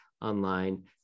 online